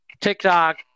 TikTok